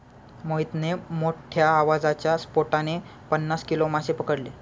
मोहितने मोठ्ठ्या आवाजाच्या स्फोटाने पन्नास किलो मासे पकडले